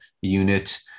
unit